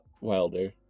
wilder